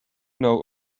know